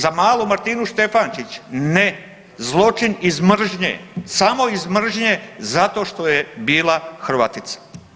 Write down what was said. Za malu Martinu Štefančić ne, zločin iz mržnje, samo iz mržnje zato što je bila Hrvatica.